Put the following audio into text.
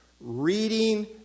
Reading